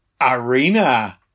Arena